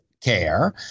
care